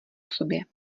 sobě